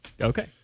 Okay